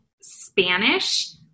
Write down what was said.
Spanish